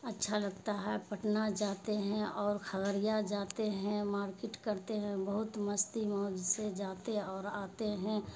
اچھا لگتا ہے پٹنہ جاتے ہیں اور کھگریا جاتے ہیں مارکیٹ کرتے ہیں بہت مستی موج سے جاتے اور آتے ہیں